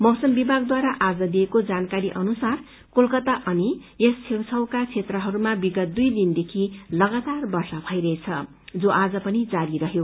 मौसम विभागद्वारा आज दिइएको जानकारी अनुसार कलकता अनि यस छेउछाउका क्षेत्रहरूमा विगत दुइ दिनदेखि लगातार वर्ष भइरहेछ जो आज पनि जारी रहयो